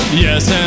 yes